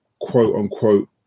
quote-unquote